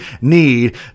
need